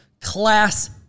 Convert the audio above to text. Class